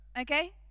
Okay